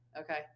Okay